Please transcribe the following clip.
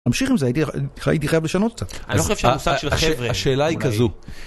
להמשיך עם זה, הייתי חייב לשנות קצת. אני לא חושב שהמושג של החבר'ה... השאלה היא כזו...